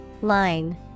Line